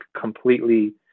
completely